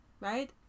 right